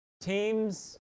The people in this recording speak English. Teams